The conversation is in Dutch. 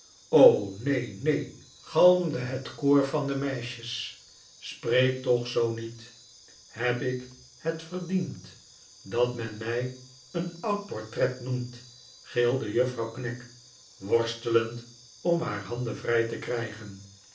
neen neen galmde het koor van de meisjesj spreek toch zoo niet heb ik het verdiend dat men mij een oud portret noemt gilde juffrquw knag worstelend om haar handen vrij te krijgen